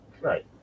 right